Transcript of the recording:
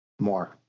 More